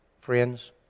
friends